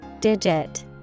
Digit